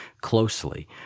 closely